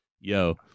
Yo